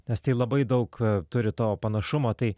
nes tai labai daug turi to panašumo tai